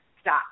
stop